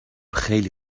خیلی